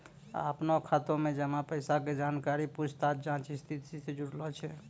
अपनो खाता मे जमा पैसा के जानकारी पूछताछ जांच स्थिति से जुड़लो छै